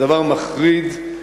הדבר מחריד,